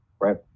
right